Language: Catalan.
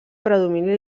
predomini